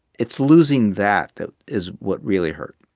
it's losing that that is what really hurt